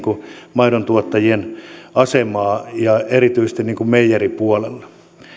maidontuottajien asemaa ja erityisesti meijeripuolella